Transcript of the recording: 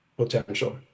potential